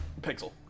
Pixel